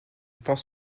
pense